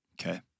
Okay